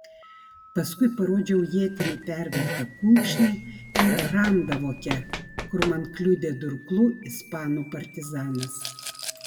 paskui parodžiau ietimi pervertą kulkšnį ir randą voke kur man kliudė durklu ispanų partizanas